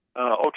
Okay